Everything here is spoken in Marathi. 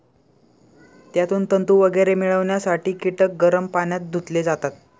त्यातून तंतू वगैरे मिळवण्यासाठी कीटक गरम पाण्यात धुतले जातात